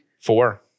Four